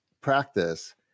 practice